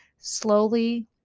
slowly